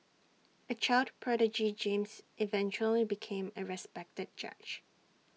A child prodigy James eventually became A respected judge